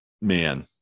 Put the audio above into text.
Man